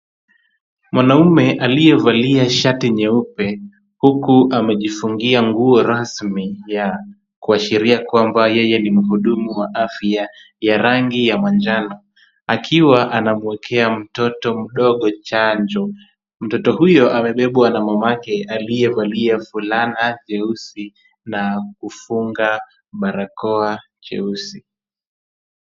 Mwanaume aliyevalia shati nyeupe huku amejifungia nguo rasmi ya kuashiria kwamba yeye ni mhudumu wa afya ya rangi ya manjano, akiwa anamwekea mtoto mdogo chanjo. Mtoto huyu amebebwa na mama yake aliyevalia fulana jeusi na kufunga barakoa jeusi.